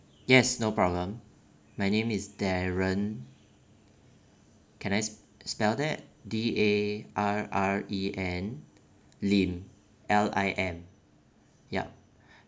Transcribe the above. yes no problem my name is darren can I spell that D A R R E N lim L I M yup